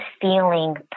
feeling